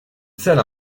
salle